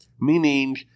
meaning